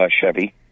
Chevy